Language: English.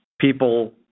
people